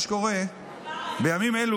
מה שקורה שבימים אלה,